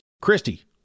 Christy